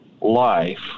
life